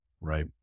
Right